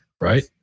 right